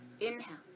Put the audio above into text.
inhale